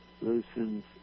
loosens